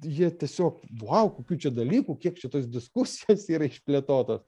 jie tiesiog vau kokių čia dalykų kiek čia tos diskusijos yra išplėtotos